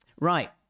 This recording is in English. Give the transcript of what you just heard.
Right